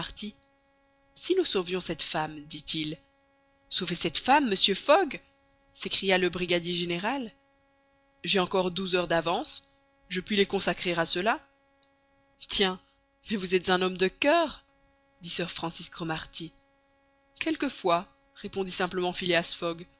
si nous sauvions cette femme dit-il sauver cette femme monsieur fogg s'écria le brigadier général j'ai encore douze heures d'avance je puis les consacrer à cela tiens mais vous êtes un homme de coeur dit sir francis cromarty quelquefois répondit simplement phileas fogg